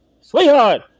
sweetheart